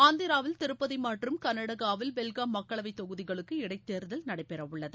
ஆந்திராவில் திருப்பதி மற்றும் கர்நாடகாவில் பெல்காம் மக்களவைத் தொகுதிகளுக்கு இடைத்தேர்தல் நடைபெறவுள்ளது